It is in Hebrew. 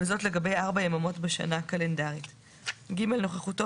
וזאת לגבי ארבע יממות בשנה קלנדרית; (ג) נוכחותו